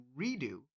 redo